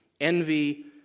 envy